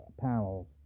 panels